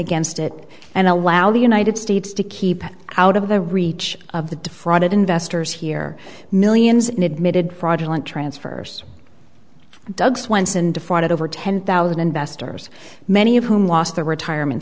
against it and allow the united states to keep out of the reach of the defrauded investors here millions in admitted fraudulent transfers doug swenson defrauded over ten thousand investors many of whom lost their retirement